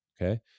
Okay